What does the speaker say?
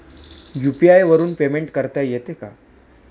UPI वरून payment करता येते का?